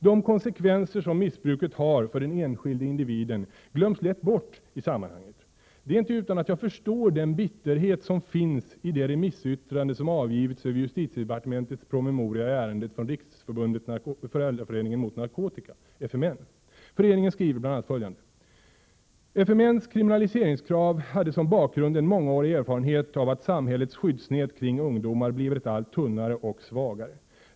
De konsekvenser som missbruket har för den enskilde individen glöms lätt bort i sammanhanget. Det är inte utan att jag förstår den bitterhet som finns i det remissyttrande som avgivits över justitiedepartementets promemoria i ärendet från Riksförbundet Föräldraföreningen mot narkotika, FMN. Föreningen skriver bl.a. följande: ”FMN:s kriminaliseringskrav hade som bakgrund en mångårig erfarenhet av att samhällets skyddsnät kring ungdomar blivit allt tunnare och svagare.